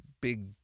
big